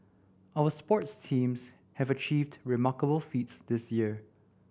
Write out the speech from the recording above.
our sports teams have achieved remarkable feats this year